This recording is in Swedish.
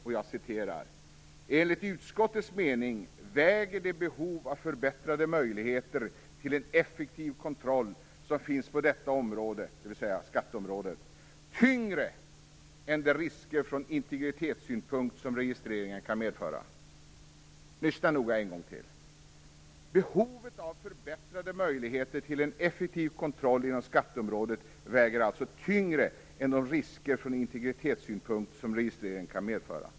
Den lyder: "Enligt utskottets mening väger det behov av förbättrade möjligheter till en effektiv kontroll som finns på detta område tyngre än de risker från integritetssynpunkt som registreringen kan medföra." Det område som avses är skatteområdet. Lyssna noga en gång till. Behovet av förbättrade möjligheter till en effektiv kontroll inom skatteområdet väger alltså tyngre än de risker från integritetssynpunkt som registreringen kan medföra.